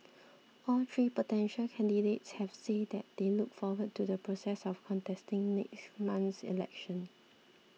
all three potential candidates have said they look forward to the process of contesting next month's election